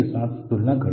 कुछ क्षण प्रतीक्षा करें